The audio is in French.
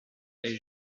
est